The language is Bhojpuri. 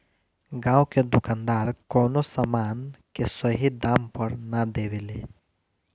गांव के दुकानदार कवनो समान के सही दाम पर ना देवे ले